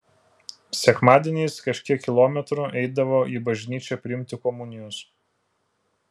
sekmadieniais kažkiek kilometrų eidavo į bažnyčią priimti komunijos